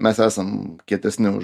mes esam kietesni už